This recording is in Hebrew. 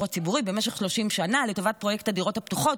הציבורי במשך 30 שנה לטובת פרויקט הדירות הפתוחות,